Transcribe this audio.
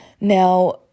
Now